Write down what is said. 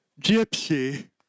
Gypsy